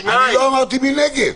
אני לא אמרתי "מי נגד?".